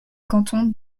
canton